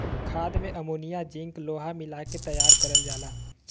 खाद में ammonia zinc लोहा मिला के तैयार करल जाला